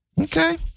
Okay